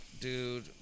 Dude